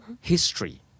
History